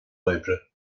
oibre